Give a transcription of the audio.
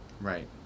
Right